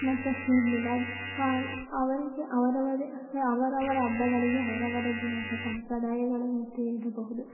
ಮತ್ತು ಈದ್ ಮಿಲಾದ್ ಅವರಿಗೆ ಅವರವರದೆ ಅವರವರ ಹಬ್ಬಗಳಿಗೆ ಅವರವರದೇ ಆದ ಸಂಪ್ರದಾಯಗಳು ಮತ್ತು ಇರಬಹುದು